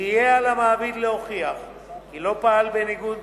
יהיה על המעביד להוכיח כי לא פעל בניגוד